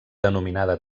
denominada